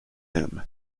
him